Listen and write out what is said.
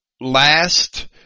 last